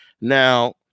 Now